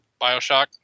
Bioshock